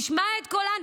תשמע את קולן.